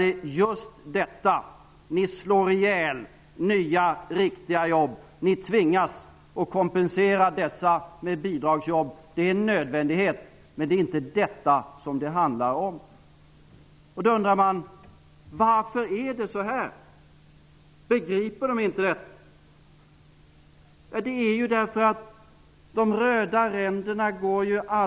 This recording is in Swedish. Ni slår ihjäl nya riktiga jobb. Ni tvingas kompensera dessa med bidragsjobb. Det är en nödvändighet, men det handlar inte om detta. Man undrar varför det är så här. Begriper socialdemokraterna inte detta? Så här är det därför att de röda ränderna aldrig går ur.